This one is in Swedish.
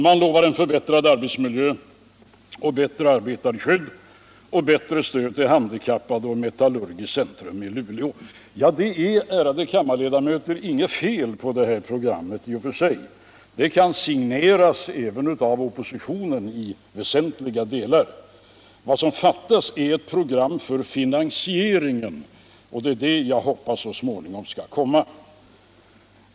Man lovar en förbättrad arbetsmiljö, bättre arbetarskydd, bättre stöd till handikappade och ett metallurgiskt centrum i Luleå. Det är, ärade kammarledamöter, inget fel på det här programmet i och för sig — det kan i vissa delar signeras även av oppositionen. Vad som fattas är ett program för finansieringen, och det är det jag hoppas skall komma så småningom.